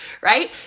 right